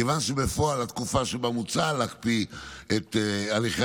כיוון שבפועל התקופה שבה מוצע להקפיא את הליכי